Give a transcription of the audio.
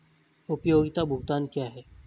उपयोगिता भुगतान क्या हैं?